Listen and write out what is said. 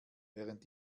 während